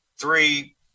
three